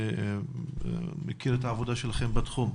אני מכיר את העבודה שלכם בתחום.